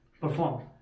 perform